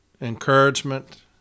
encouragement